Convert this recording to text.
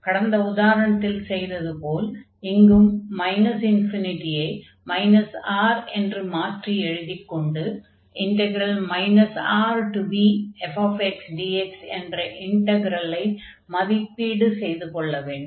கடந்த உதாரணத்தில் செய்தது போல் இங்கும் ∞ஐ R என்று மாற்றி எழுதிக் கொண்டு Rbfxdx என்ற இன்டக்ரலை மதிப்பீடு செய்து கொள்ள வேண்டும்